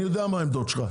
אני יודע מה העמדות שלך.